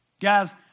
Guys